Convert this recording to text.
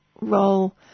role